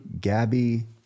Gabby